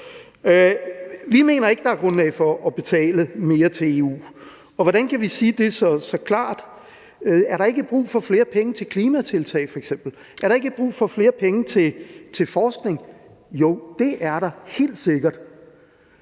Vi mener ikke, der er grundlag for at betale mere til EU, og hvordan kan vi sige det så klart? Er der ikke brug for flere penge til f.eks. klimatiltag? Er der ikke brug for flere penge til forskning? Jo, det er der helt sikkert,